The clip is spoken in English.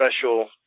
special